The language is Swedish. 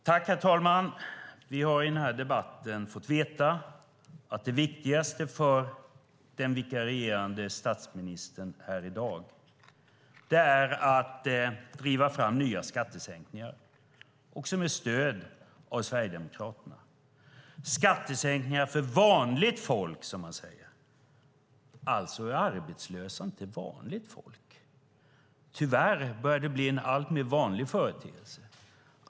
Herr talman! Vi har i debatten fått veta att det viktigaste för den vikarierande statsministern i dag är att driva fram nya skattesänkningar, och det med stöd av Sverigedemokraterna. Det är skattesänkningar för vanligt folk, som man säger. Alltså är arbetslösa inte vanligt folk. Tyvärr börjar det bli en alltmer vanlig företeelse.